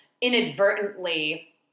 inadvertently